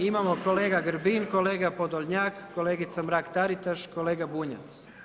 Imamo kolega Grbin, kolega Podolnjak, kolegica Mrak-Taritaš, kolega Bunjac.